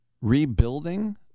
rebuilding